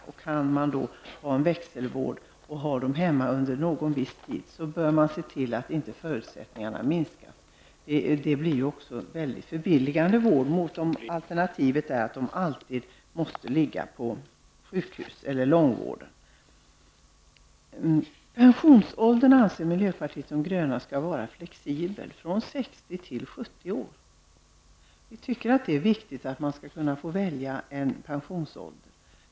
Om då växelvård kan ordnas och patienten kan vara hemma under viss tid, så bör man se till att inte förutsättningarna minskar. Det blir ju en mycket billigare vård, när alternativet är att patienten alltid måste vara på sjukhus eller i långvård. Miljöpartiet de gröna anser att pensionsåldern skall vara flexibel, från 60 till 70 år. Vi tycker att det är viktigt att man skall kunna välja en pensionsålder.